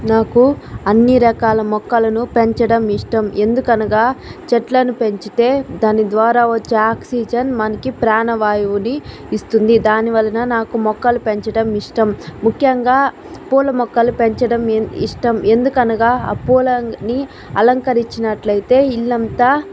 నాకు అన్ని రకాల మొక్కలను పెంచడం ఇష్టం ఎందుకనగా చెట్లను పెంచితే దాని ద్వారా వచ్చే ఆక్సిజన్ మనకి ప్రాణవాయువుని ఇస్తుంది దాని వలన నాకు మొక్కలు పెంచడం ఇష్టం ముఖ్యంగా పూల మొక్కలు పెంచడం ఇష్టం ఎందుకనగా ఆ పూలని అలంకరించినట్లయితే ఇల్లంతా